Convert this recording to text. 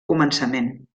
començament